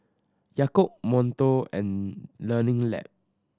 Yakult Monto and Learning Lab